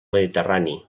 mediterrani